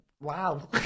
Wow